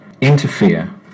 interfere